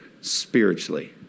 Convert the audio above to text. spiritually